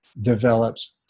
develops